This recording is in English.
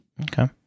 Okay